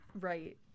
Right